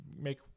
make